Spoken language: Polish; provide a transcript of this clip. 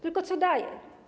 Tylko co dalej?